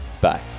Bye